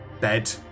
bed